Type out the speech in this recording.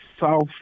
South